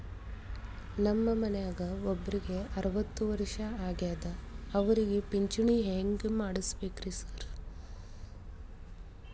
ನಮ್ ಮನ್ಯಾಗ ಒಬ್ರಿಗೆ ಅರವತ್ತ ವರ್ಷ ಆಗ್ಯಾದ ಅವ್ರಿಗೆ ಪಿಂಚಿಣಿ ಹೆಂಗ್ ಮಾಡ್ಸಬೇಕ್ರಿ ಸಾರ್?